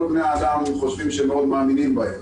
בני האדם חושבים שמאוד מאמינים בהם.